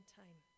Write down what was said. time